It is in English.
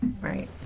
right